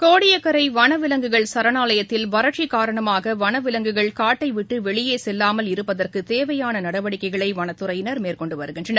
கோடியக்கரை வனவிலங்குகள் சரணாலயத்தில் வறட்சி காரணமாக வனவிலங்குகள் காட்டை விட்டு வெளியே செல்லாமல் இருப்பதற்கு தேவையான நடவடிக்கைகளை வனத்துறையினர் மேற்கொண்டு வருகின்றனர்